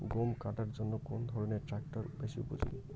গম কাটার জন্য কোন ধরণের ট্রাক্টর বেশি উপযোগী?